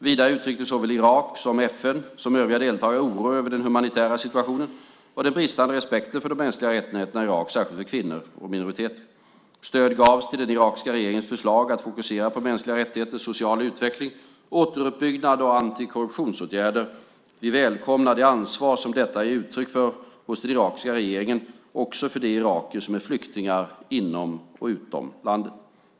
Vidare uttryckte såväl Irak och FN som övriga deltagare oro över den humanitära situationen och den bristande respekten för de mänskliga rättigheterna i Irak, särskilt för kvinnor och minoriteter. Stöd gavs till den irakiska regeringens förslag att fokusera på mänskliga rättigheter, social utveckling, återuppbyggnad och antikorruptionsåtgärder. Vi välkomnar det ansvar som detta ger uttryck för hos den irakiska regeringen också för de irakier som är flyktingar inom och utom landet.